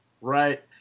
Right